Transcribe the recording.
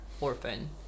orphan